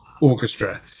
orchestra